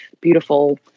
beautiful